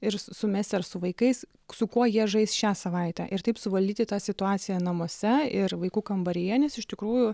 ir sumesti ar su vaikais su kuo jie žais šią savaitę ir taip suvaldyti tą situaciją namuose ir vaikų kambaryje nes iš tikrųjų